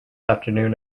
afternoon